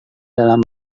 dalam